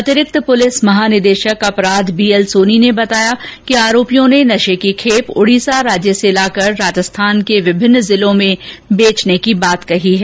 अतिरिक्त पुलिस महानिदेशक अपराध बी एल सोनी ने बताया कि आरोपियों ने नशे की खेप उडीसा राज्य से लाकर राजस्थान के विभिन्न जिलों में बेचने की बात कही है